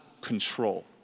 control